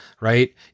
right